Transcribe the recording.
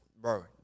Bro